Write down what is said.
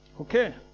Okay